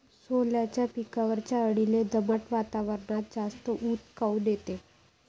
सोल्याच्या पिकावरच्या अळीले दमट वातावरनात जास्त ऊत काऊन येते?